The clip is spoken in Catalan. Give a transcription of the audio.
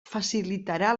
facilitarà